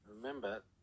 remember